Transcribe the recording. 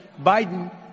Biden